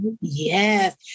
Yes